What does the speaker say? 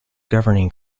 governing